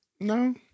no